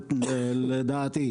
לדעתי.